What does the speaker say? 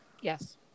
Yes